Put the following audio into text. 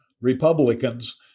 Republicans